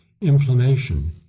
Inflammation